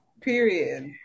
Period